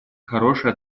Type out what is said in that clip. хорошей